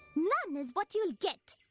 none is what you'll get!